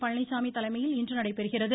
பழனிச்சாமி தலைமையில் இன்று நடைபெறுகிறது